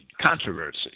controversy